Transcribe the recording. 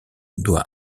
doit